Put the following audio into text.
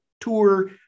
tour